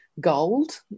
gold